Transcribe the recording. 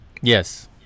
Yes